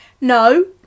No